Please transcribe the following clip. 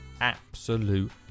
absolute